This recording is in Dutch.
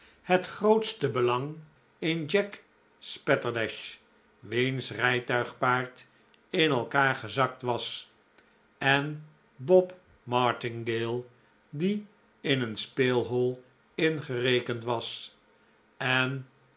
het grootste belang in jack spatterdash wiens rijtuigpaard in elkaar gezakt was en bob martingale die in een speelhol ingerekend was en